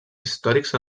històrics